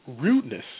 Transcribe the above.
rudeness